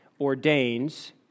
ordains